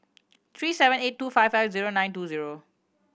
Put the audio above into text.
three seven eight two five five zero nine two zero